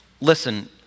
listen